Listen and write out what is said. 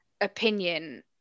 opinion